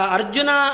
Arjuna